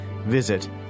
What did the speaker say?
Visit